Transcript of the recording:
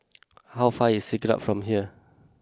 how far away is Siglap from here